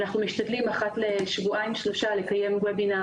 ואנחנו משתדלים אחת לשבועיים-שלושה לקיים אירועי בינה,